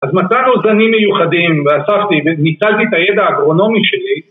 אז מצאנו זנים מיוחדים ואספתי וניצלתי את הידע האגרונומי שלי